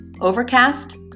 Overcast